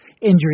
injury